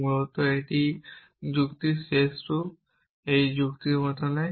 মূলত এখন যুক্তির শেষ রূপ যে এটি যুক্তির মতো নয়